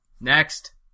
Next